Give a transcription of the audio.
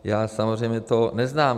Já samozřejmě to neznám.